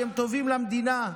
כי הם טובים למדינה,